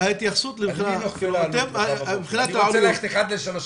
אני רוצה ללכת אחד לשלוש,